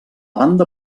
banda